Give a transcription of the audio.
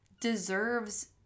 deserves